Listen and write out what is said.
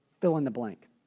fill-in-the-blank